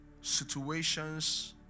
situations